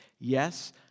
Yes